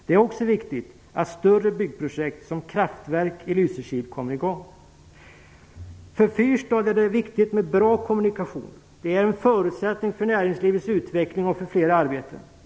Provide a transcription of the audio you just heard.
Det är också viktigt att större byggprojekt, som kraftverk i Lysekil, kommer i gång. För Fyrstad är det viktigt med bra kommunikationer. Det är en förutsättning för näringslivets utveckling och för fler arbeten.